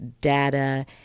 data